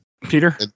Peter